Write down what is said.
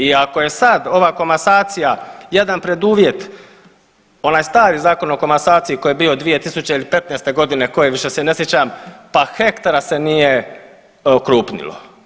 I ako je sad ova komasacija jedan preduvjet, onaj stari Zakon o komasaciji koji je bio 2015. godine koje više se ne sjećam pa hektara se nije okrupnilo.